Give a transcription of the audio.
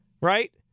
right